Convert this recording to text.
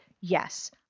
yes